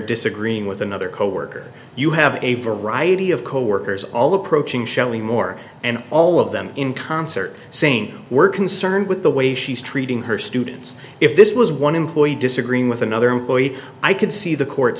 disagreeing with another coworker you have a variety of coworkers all approaching shelley moore and all of them in concert saying we're concerned with the way she's treating her students if this was one employee disagreeing with another employee i could see the court